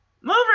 Move